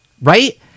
right